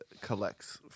collects